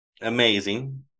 amazing